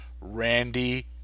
Randy